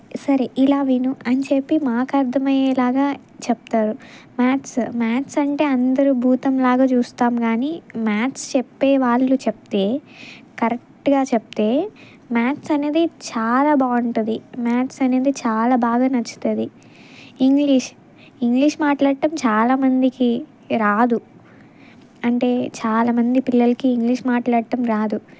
సరే ఇలా విను అని చెప్పి మాకు అర్థమయ్యేలాగా చెప్తారు మ్యాథ్స్ మ్యాథ్స్ అంటే అందరూ భూతంలాగా చూస్తాము కానీ మ్యాథ్స్ చెప్పేవాళ్ళు చెప్తే కరెక్ట్గా చెప్తే మ్యాథ్స్ అనేది చాలా బాగుంటది మ్యాథ్స్ అనేది చాలా బాగా నచ్చుతుంది ఇంగ్లీష్ ఇంగ్లీష్ మాట్లాడడం చాలామందికి రాదు అంటే చాలామంది పిల్లలకి ఇంగ్లీష్ మాట్లాడడం రాదు